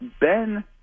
Ben